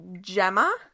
Gemma